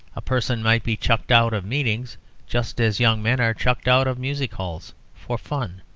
a person might be chucked out of meetings just as young men are chucked out of music-halls for fun.